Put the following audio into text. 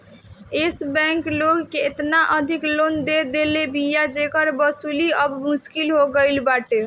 एश bank लोग के एतना अधिका लोन दे देले बिया जेकर वसूली अब मुश्किल हो गईल बाटे